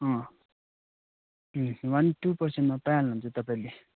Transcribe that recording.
one two पर्सेन्टमा पाइहाल्नु हुन्छ तपाईँले